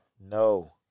No